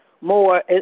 more